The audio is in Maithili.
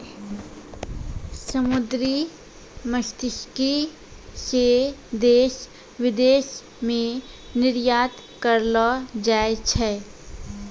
समुन्द्री मत्स्यिकी से देश विदेश मे निरयात करलो जाय छै